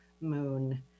moon